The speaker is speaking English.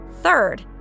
Third